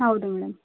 ಹೌದು ಮೇಡಮ್